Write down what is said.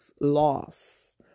loss